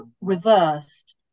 reversed